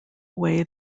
away